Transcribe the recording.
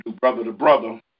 brother-to-brother